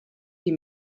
die